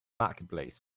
marketplace